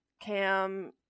cam